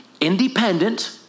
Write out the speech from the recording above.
independent